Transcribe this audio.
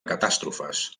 catàstrofes